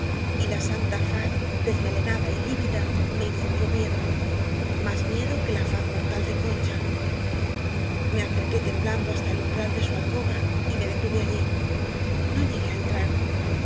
y la santa taz desmelenada y lívida me infundió miedo más miedo que la faz mortal de concha me acer qué temblando hasta el umbral de su alcoba y me detuve allí no llegué á entrar